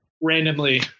randomly